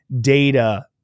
data